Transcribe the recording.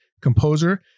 composer